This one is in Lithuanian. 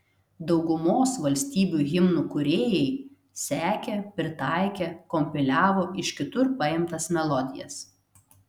daugumos valstybių himnų kūrėjai sekė pritaikė kompiliavo iš kitur paimtas melodijas